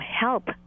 help